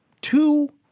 Two